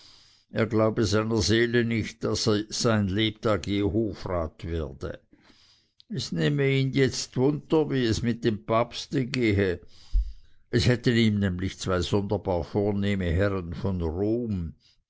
er glaube seiner seele nicht daß er sein lebtag je hofrat werde es nehme ihn jetzt wunder wie es ihm mit dem papste gehe es hätten ihm nämlich zwei sonderbar vornehme herren von rom